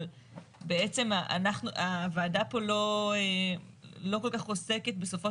אבל בעצם הוועדה פה לא כל כך עוסקת בסופו